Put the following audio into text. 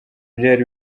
byari